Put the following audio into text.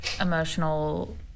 emotional